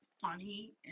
funny